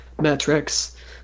metrics